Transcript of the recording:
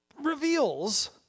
reveals